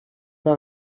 pas